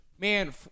Man